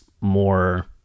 more